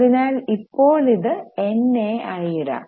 അതിനാൽ ഇപ്പോൾ ഇത് NA ആയി ഇടാം